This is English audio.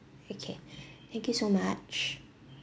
okay thank you so much